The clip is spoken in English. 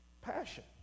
passion